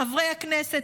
חברי הכנסת,